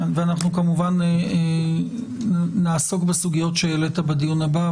ואנחנו כמובן נעסוק בסוגיות שהעלית בדיון הבא,